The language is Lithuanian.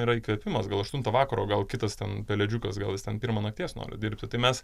yra įkvėpimas gal aštuntą vakaro gal kitas ten pelėdžiukas gal jis ten pirmą nakties nori dirbti tai mes